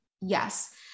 Yes